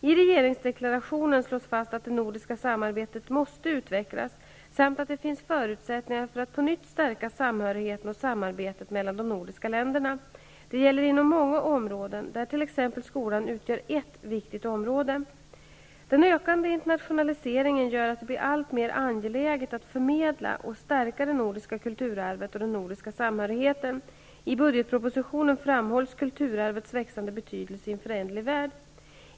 I regeringsdeklarationen slås det fast att det nordiska samarbetet måste utvecklas samt att det finns förutsättningar för att på nytt stärka samhörigheten och samarbetet mellan de nordiska länderna. Detta gäller inom många olika områden, där t.ex. skolan utgör ett viktigt område. Den ökande internationaliseringen gör att det blir alltmer angeläget att förmedla och stärka det nordiska kulturarvet och den nordiska samhörigheten. I budgetpropositionen framhålls kulturarvets växande betydelse i en föränderlig värld.